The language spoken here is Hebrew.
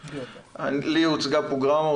שלי הוצגה פרוגרמה,